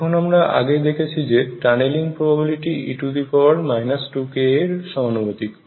এখন আমরা আগে এটিকে দেখেছি যে টানেলিং প্রবাবিলিটি e 2ka এর সমানুপাতিক